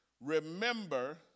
remember